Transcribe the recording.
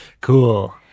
Cool